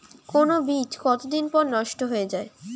কোন বীজ কতদিন পর নষ্ট হয়ে য়ায়?